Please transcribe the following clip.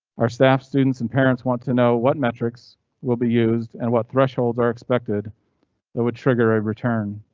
our staff, students, and parents want to know what metrics will be used and what thresholds are expected that would trigger a return.